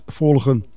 volgen